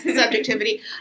subjectivity